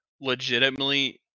legitimately